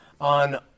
on